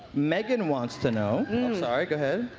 megan wants to know go ahead.